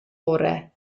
orau